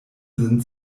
sind